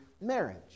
marriage